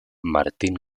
martín